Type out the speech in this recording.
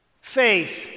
Faith